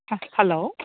hello